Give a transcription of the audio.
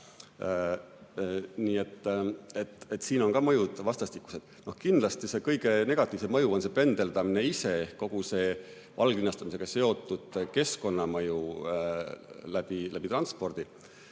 siin on mõjud vastastikused. Kindlasti kõige negatiivsem mõju on pendeldamine ise ehk kogu valglinnastumisega seotud keskkonnamõju transpordi